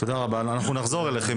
תודה רבה, נחזור אליכם.